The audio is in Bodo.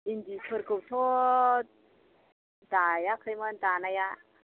इन्दि फोरखौथ' दायाखैमोन दानाया